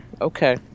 okay